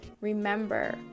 remember